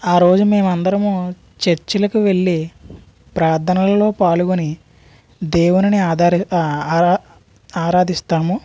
ఆ రోజు మేమందరము చర్చిలకు వెళ్ళి ప్రార్ధనలలో పాల్గొని దేవుడి ఆధారి ఆరా ఆరాధిస్తాము